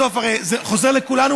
הרי בסוף זה חוזר לכולנו,